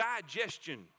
digestion